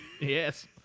Yes